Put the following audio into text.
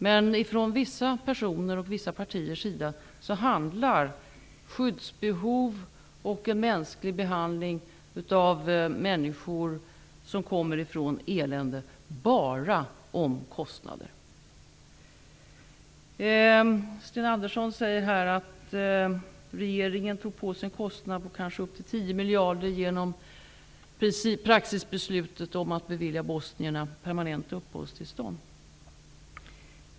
Men för vissa personer och partier handlar skyddsbehov och human behandling av människor som kommer från elände bara om kostnader. Sten Andersson i Malmö säger att regeringen tog på sig en kostnad på kanske upp till 10 miljarder genom principbeslutet att bevilja bosnierna permanent uppehållstillstånd.